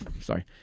sorry